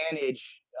manage